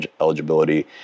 eligibility